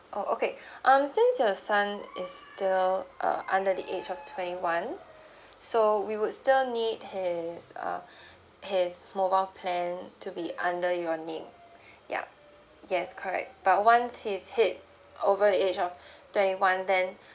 oh okay um since your son is still uh under the age of twenty one so we would still need his uh his mobile plan to be under your name yup yes correct but once he's hit over the age of twenty one then